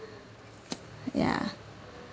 ya